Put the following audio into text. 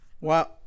Wow